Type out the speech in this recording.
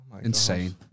insane